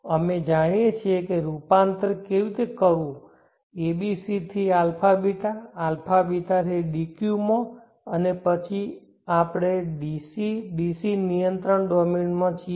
અમે જાણીએ છીએ કે રૂપાંતર કેવી રીતે કરવું ABC થી αβ αβ થી DQ માં અને પછી અહીં આપણે DC DC નિયંત્રણ ડોમેનમાં છીએ